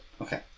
Okay